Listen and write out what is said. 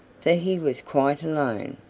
for he was quite alone.